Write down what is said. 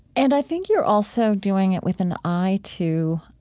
and i think you're also doing it with an eye to